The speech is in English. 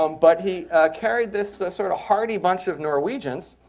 um but he carried this sort of hardy bunch of norwegians,